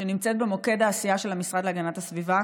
שנמצאת במוקד העשייה של המשרד להגנת הסביבה.